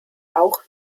auch